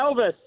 Elvis